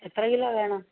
എത്ര കിലോ വേണം